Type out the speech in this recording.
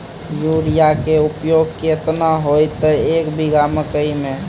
Urea के उपयोग केतना होइतै, एक बीघा मकई मे?